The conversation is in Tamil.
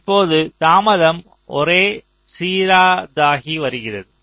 இப்போது தாமதம் ஒரே சீரானதாகி வருகிறது